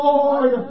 Lord